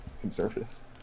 conservatives